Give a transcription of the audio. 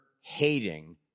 hating